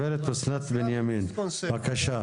גברת אסנת בנימין, בבקשה.